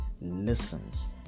listens